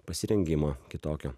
pasirengimo kitokio